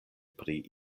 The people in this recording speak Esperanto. pri